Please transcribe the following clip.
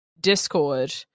discord